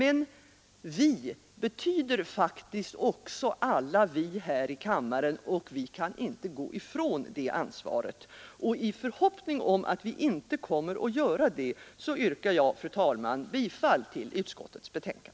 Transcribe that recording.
”Vi” betyder faktiskt också alla vi här i kammaren, och vi kan inte gå ifrån det ansvaret. I förhoppning om att vi inte kommer att göra det, yrkar jag, fru talman, bifall till utskottets betänkande.